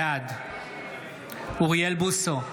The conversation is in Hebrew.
בעד אוריאל בוסו,